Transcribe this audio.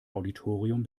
auditorium